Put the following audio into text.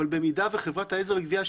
אבל במידה שחברת העזר לגבייה,